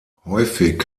häufig